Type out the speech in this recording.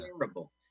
Terrible